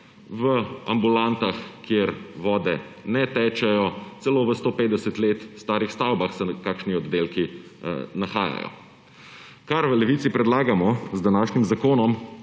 v ambulantah, kjer voda ne teče, celo v 150 let starih stavbah se kakšni oddelki nahajajo. Kar v Levici predlagamo z današnjim zakonom,